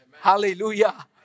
Hallelujah